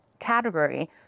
category